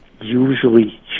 usually